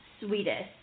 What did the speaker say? sweetest